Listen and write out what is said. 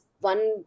one